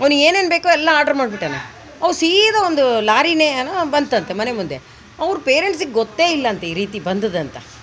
ಅವನಿಗೆ ಏನು ಏನು ಬೇಕೊ ಎಲ್ಲ ಆಡ್ರ್ ಮಾಡಿಬಿಟ್ಟಾನೆ ಅವ ಸೀದಾ ಒಂದು ಲಾರಿಯೊ ಏನೊ ಬಂತಂತೆ ಮನೆ ಮುಂದೆ ಅವ್ರ ಪೇರೆಂಟ್ಸಿಗೆ ಗೊತ್ತೇಯಿಲ್ಲಂತೆ ಈ ರೀತಿ ಬಂದಿದೆಂತ